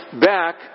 back